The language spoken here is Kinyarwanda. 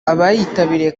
abayitabiriye